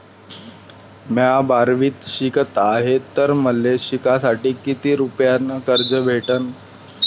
म्या बारावीत शिकत हाय तर मले शिकासाठी किती रुपयान कर्ज भेटन?